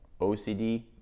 OCD